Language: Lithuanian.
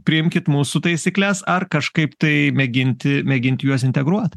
priimkit mūsų taisykles ar kažkaip tai mėginti mėginti juos integruot